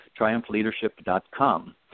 triumphleadership.com